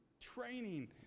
training